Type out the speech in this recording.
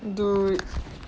dude